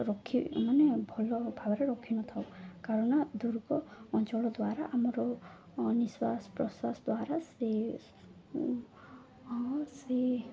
ରଖି ମାନେ ଭଲ ଭାବରେ ରଖି ନ ଥାଉ କାରଣ ଦୁର୍ଗ ଅଞ୍ଚଳ ଦ୍ୱାରା ଆମର ନିଶ୍ୱାସ ପ୍ରଶ୍ୱାସ ଦ୍ୱାରା ସେ ସେ